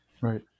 Right